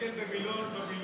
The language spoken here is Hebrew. תסתכל במילון בבילון,